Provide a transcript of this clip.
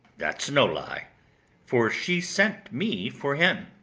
that's no lie for she sent me for him.